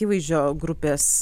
įvaizdžio grupės